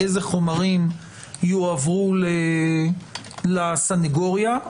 אילו חומרים יועברו לסנגוריה.